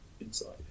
inside